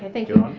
thank you.